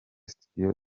studio